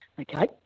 Okay